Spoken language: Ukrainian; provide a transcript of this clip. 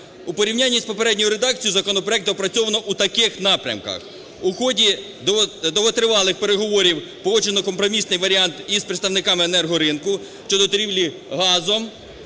У порівнянні з попередньою редакцією законопроект доопрацьовано в таких напрямках. У ході довготривалих переговорів погоджено компромісний варіант із представниками енергоринку щодо торгівлі газом